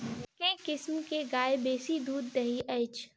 केँ किसिम केँ गाय बेसी दुध दइ अछि?